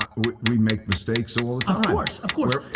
um we make mistakes so all the time. of course, of course.